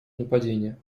нападения